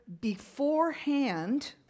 beforehand